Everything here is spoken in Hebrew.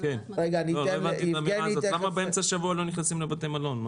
למה באמצע שבוע נכנסים פחות ישראלים לבתי מלון?